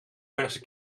verse